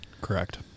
Correct